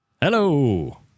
Hello